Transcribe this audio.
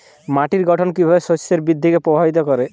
মাটির গঠন কীভাবে শস্যের বৃদ্ধিকে প্রভাবিত করে?